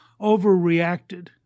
overreacted